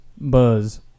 Buzz